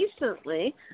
recently